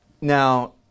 Now